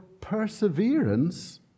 perseverance